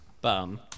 bum